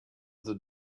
the